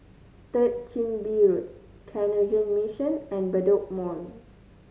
Third Chin Bee Road Canossian Mission and Bedok Mall